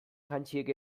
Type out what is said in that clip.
jantziek